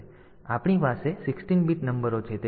તેથી આપણી પાસે 16 બીટ નંબરો છે